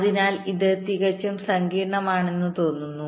അതിനാൽ ഇത് തികച്ചും സങ്കീർണ്ണമാണെന്ന് തോന്നുന്നു